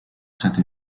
cette